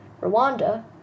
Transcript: Rwanda